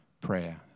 prayer